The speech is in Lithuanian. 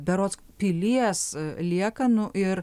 berods pilies liekanų ir